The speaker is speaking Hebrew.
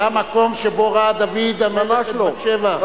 זה המקום שבו ראה דוד המלך את בת-שבע.